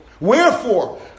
Wherefore